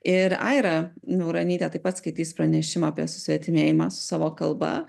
ir aira niauronytė taip pat skaitys pranešimą apie susvetimėjimą su savo kalba